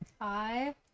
hi